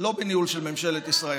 לא בניהול של ממשלת ישראל.